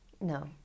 No